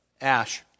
Ash